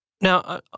now